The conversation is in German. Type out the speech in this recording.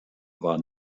war